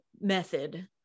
method